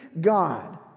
God